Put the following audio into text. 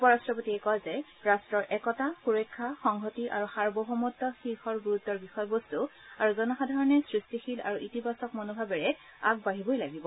উপ ৰাট্টপতিয়ে কয় যে ৰাট্টৰ একতা সুৰক্ষা সংহতি আৰু সাৰ্বভৌমত্ব শীৰ্ষ গুৰুত্বৰ বিষয়বস্তু আৰু জনসাধাৰণে সৃষ্টিশীল আৰু ইতিবাচক মনোভাৱেৰে আগবাঢ়িবই লাগিব